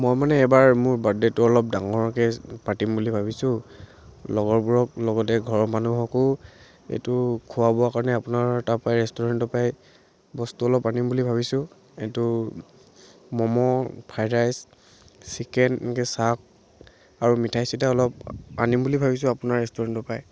মই মানে এইবাৰ মোৰ বাৰ্থডে'টো অলপ ডাঙৰকৈ পাতিম বুলি ভাবিছোঁ লগৰবোৰক লগতে ঘৰৰ মানুহকো এইটো খোৱা বোৱাৰ কাৰণে আপোনাৰ তাৰপৰাই ৰেষ্টুৰেণ্টৰপৰাই বস্তু অলপ আনিম বুলি ভাবিছোঁ এইটো ম'ম' ফ্ৰাই ৰাইচ চিকেন এনেকৈ চাহ আৰু মিঠাই চিঠাই অলপ আনিম বুলি ভাবিছোঁ আপোনাৰ ৰেষ্টুৰেণ্টৰপৰাই